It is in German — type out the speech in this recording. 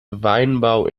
weinbau